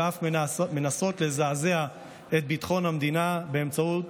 ואף מנסה לזעזע את ביטחון המדינה באמצעות